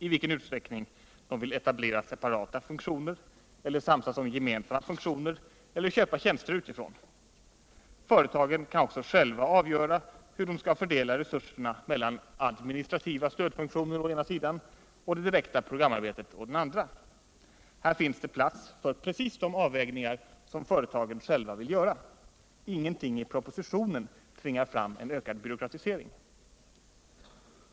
i vilken utsträckning de vill etablera separata funktioner eller samsas om gemensamma funktioner eller köpa tjänster utifrån. Företagen kan också själva avgöra hur de skall fördela resurserna mellan administrativa stödfunktioner å ena sidan och det direkta programarbetet å den andra. Här finns det plats för precis de avvägningar som företagen själva vill göra. Ingenting i propositionen tvingar fram en ökad byråkratisering.